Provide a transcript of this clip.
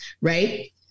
right